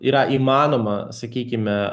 yra įmanoma sakykime